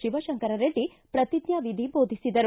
ಶಿವಶಂಕರ ರೆಡ್ಡಿ ಪ್ರತಿಜ್ಞಾ ವಿಧಿ ಬೋಧಿಸಿದರು